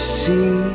see